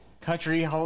Country